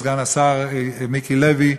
סגן השר מיקי לוי,